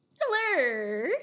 hello